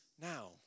now